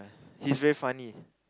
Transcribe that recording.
he's very funny